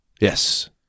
Yes